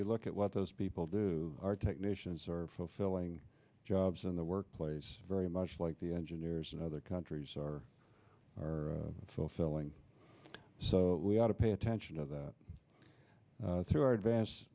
look at what those people do our technicians are fulfilling jobs in the workplace very much like the engineers in other countries are are fulfilling so we ought to pay attention to that through our advance